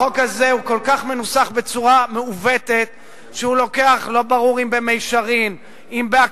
חבר הכנסת זאב, נא לשבת.